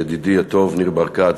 ידידי הטוב ניר ברקת,